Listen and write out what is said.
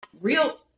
real